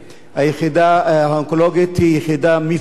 היחידה האונקולוגית היא יחידה מפוארת,